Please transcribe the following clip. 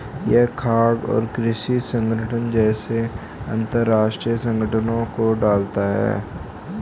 यह खाद्य और कृषि संगठन जैसे अंतरराष्ट्रीय संगठनों को डालता है